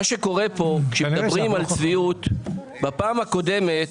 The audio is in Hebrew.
מה שקורה פה, כשמדברים על צביעות, בפעם הקודמת